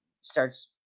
starts